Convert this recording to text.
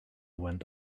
went